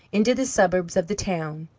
into the suburbs of the town.